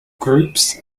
groups